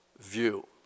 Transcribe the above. view